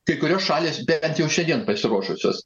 kai kurios šalys bet jau šiandien pasiruošusios